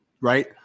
Right